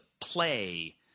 play